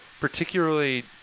particularly